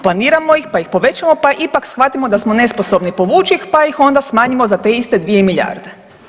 Planiramo ih pa povećamo pa ipak shvatimo da smo nesposobni povući ih pa ih onda smanjimo za te iste 2 milijarde.